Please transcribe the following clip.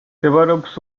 მდებარეობს